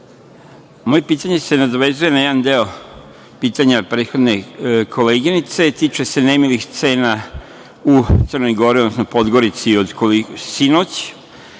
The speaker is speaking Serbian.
pitanje se nadovezuje na jedan deo pitanja prethodne koleginice. Tiče se nemilih scena u Crnoj Gori, Podgorici od sinoć,